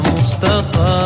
Mustafa